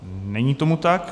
Není tomu tak.